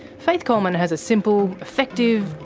faith coleman has a simple, effective,